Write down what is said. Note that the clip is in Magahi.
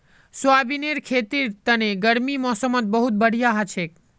सोयाबीनेर खेतीर तने गर्म मौसमत बहुत बढ़िया हछेक